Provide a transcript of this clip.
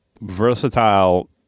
versatile